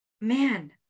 man